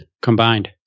combined